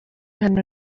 hano